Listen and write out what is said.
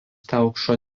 telkšo